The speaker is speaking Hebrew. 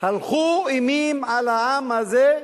הילכו אימים על העם הזה,